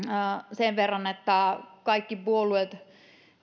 sen verran että kaikki puolueet